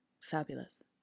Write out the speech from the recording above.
fabulous